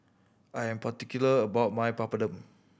I am particular about my Papadum